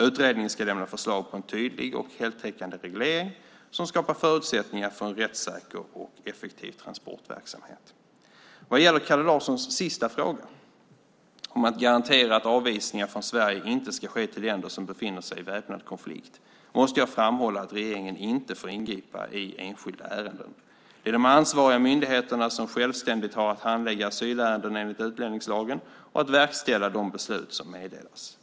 Utredningen ska lämna förslag på en tydlig och heltäckande reglering som skapar förutsättningar för en rättssäker och effektiv transportverksamhet. Vad gäller Kalle Larssons sista fråga, om att garantera att avvisningar från Sverige inte ska ske till länder som befinner sig i väpnad konflikt, måste jag framhålla att regeringen inte får ingripa i enskilda ärenden. Det är de ansvariga myndigheterna som självständigt har att handlägga asylärenden enligt utlänningslagen och att verkställa de beslut som meddelas.